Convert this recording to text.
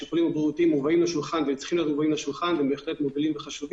השיקולים הבריאותיים בהחלט נלקחים בחשבון אבל כמו